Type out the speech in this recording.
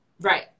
Right